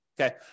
Okay